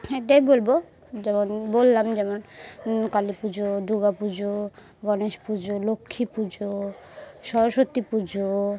এটাই বলবো যেমন বললাম যেমন কালী পুজো দুর্গা পুজো গণেশ পুজো লক্ষ্মী পুজো সরস্বতী পুজো